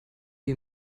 wie